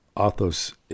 Athos